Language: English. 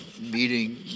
meeting